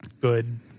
good